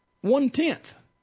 one-tenth